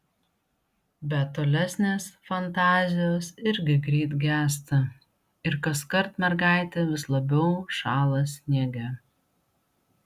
bet tolesnės fantazijos irgi greit gęsta ir kaskart mergaitė vis labiau šąla sniege